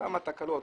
כמה תקלות,